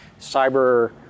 cyber